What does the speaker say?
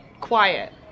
quiet